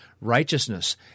righteousness